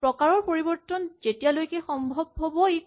প্ৰকাৰৰ পৰিবৰ্তন যেতিয়ালৈকে সম্ভৱ হ'ব ই কৰিব